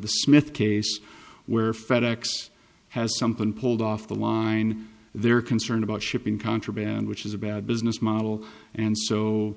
the smith case where fedex has something pulled off the line they're concerned about shipping contraband which is a bad business model and so